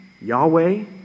Yahweh